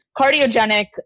Cardiogenic